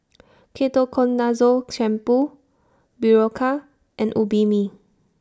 Ketoconazole Shampoo Berocca and Obimin